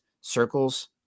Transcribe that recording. circles